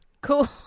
Cool